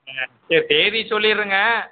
ஏங்க சரி தேதியை சொல்லிடுறேங்க